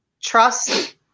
trust